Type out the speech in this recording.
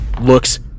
Looks